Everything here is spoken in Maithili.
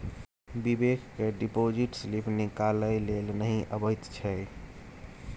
बिबेक केँ डिपोजिट स्लिप निकालै लेल नहि अबैत छै